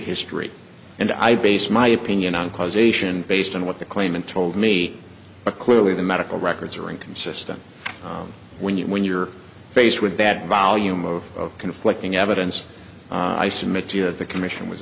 history and i base my opinion on causation based on what the claimant told me a clearly the medical records are inconsistent when you when you're faced with that volume of conflicting evidence i submit to you that the commission was